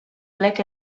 plec